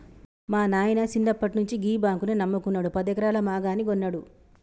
మా నాయిన సిన్నప్పట్నుండి గీ బాంకునే నమ్ముకున్నడు, పదెకరాల మాగాని గొన్నడు